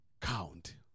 count